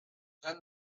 then